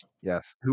Yes